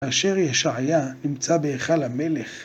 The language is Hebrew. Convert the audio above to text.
אשר ישעיה נמצא בהיכל המלך.